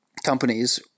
companies